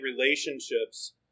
relationships